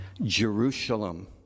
Jerusalem